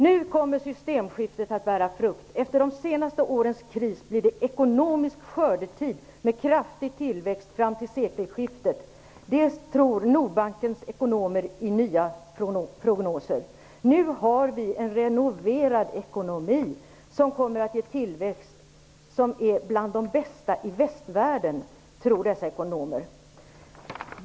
Nu kommer systemskiftet att bära frukt. Efter de senaste årens kris blir det ekonomisk skördetid med kraftig tillväxt fram till sekelskiftet. Det tror Nordbankens ekonomer i nya prognoser. Nu har vi en renoverad ekonomi som kommer att ge tillväxt, som är bland de bästa i västvärlden, tror dessa ekonomer.